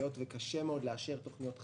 היות וקשה מאוד לאשר תוכניות חדשות,